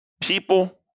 people